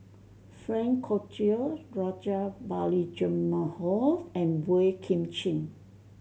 Frank Cloutier Rajabali Jumabhoy and Boey Kim Cheng